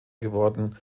geworden